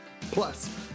Plus